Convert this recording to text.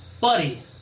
buddy